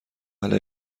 اهل